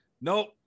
Nope